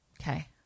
Okay